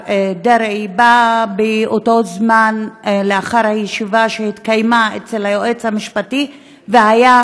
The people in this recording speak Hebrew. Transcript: דרעי היה לאחר הישיבה שהתקיימה אצל היועץ המשפטי והייתה